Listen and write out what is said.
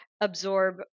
absorb